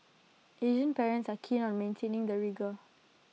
Asian parents are keen on maintaining the rigour